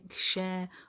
share